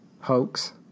hoax